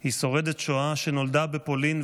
היא שורדת שואה שנולדה בפולין,